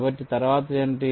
కాబట్టి తరువాత ఏమిటి